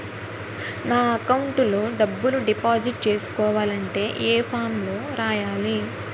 నా అకౌంట్ లో డబ్బులు డిపాజిట్ చేసుకోవాలంటే ఏ ఫామ్ లో రాయాలి?